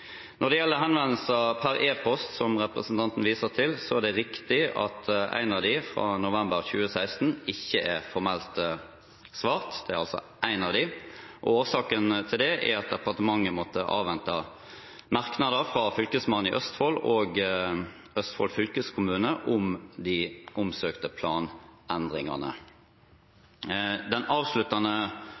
Når det gjelder henvendelsene per e-post som representanten viser til, er det riktig at en av dem, fra november 2016, ikke er formelt besvart. Det er altså en av dem. Årsaken til det er at departementet måtte avvente merknader fra Fylkesmannen i Østfold og Østfold fylkeskommune om de omsøkte planendringene. I den avsluttende